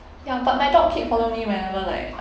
ya but my dog keep follow me whenever like